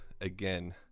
again